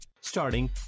Starting